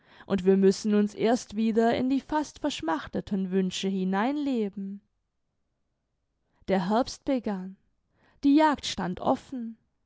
und wir müssen uns erst wieder in die fast verschmachteten wünsche hineinleben der herbst begann die jagd stand offen